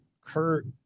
Kurt